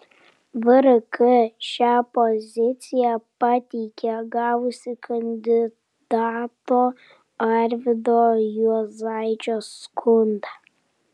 vrk šią poziciją pateikė gavusi kandidato arvydo juozaičio skundą